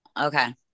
okay